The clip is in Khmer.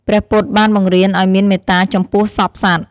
ព្រះពុទ្ធបានបង្រៀនឱ្យមានមេត្តាចំពោះសព្វសត្វ។